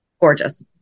gorgeous